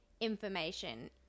information